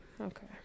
Okay